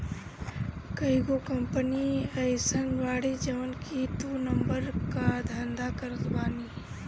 कईगो कंपनी अइसन बाड़ी जवन की दू नंबर कअ धंधा करत बानी